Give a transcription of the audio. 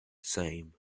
same